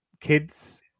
kids